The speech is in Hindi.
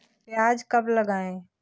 प्याज कब लगाएँ?